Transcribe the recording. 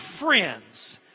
friends